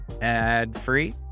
ad-free